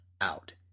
out